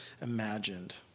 imagined